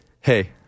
hey